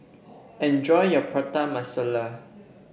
enjoy your Prata Masala